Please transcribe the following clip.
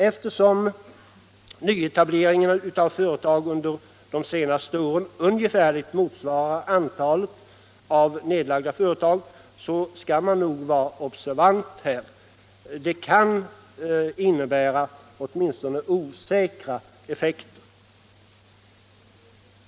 Eftersom nyetableringen av företag under de senaste åren ungefärligt motsvarar antalet nedlagda fö retag, så skall man nog vara observant. Det kan innebära osäkra effekter.